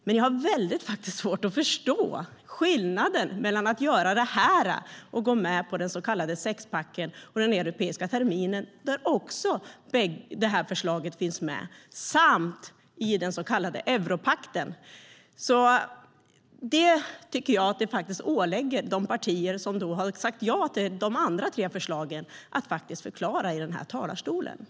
Men jag har väldigt svårt att förstå skillnaden mellan att göra det här och att gå med på den så kallade sexpacken och den europeiska terminen, där det här förslaget också finns med, samt den så kallade europakten. Jag tycker att det åligger de partier som har sagt ja till de andra tre förslagen att förklara det i talarstolen här.